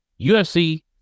UFC